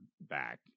back